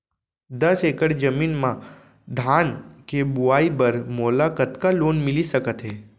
दस एकड़ जमीन मा धान के बुआई बर मोला कतका लोन मिलिस सकत हे?